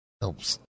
helps